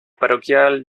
parroquial